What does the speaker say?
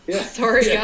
Sorry